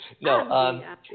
No